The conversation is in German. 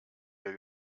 wir